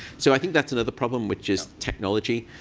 so i think that's another problem, which is technology.